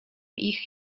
ich